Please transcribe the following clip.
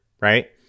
right